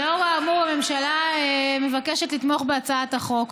לאור האמור, הממשלה מבקשת לתמוך בהצעת החוק.